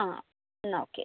ആ എന്നാൽ ഓക്കേ